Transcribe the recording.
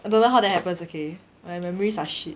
I don't know how that happens okay my memories are shit